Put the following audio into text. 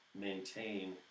maintain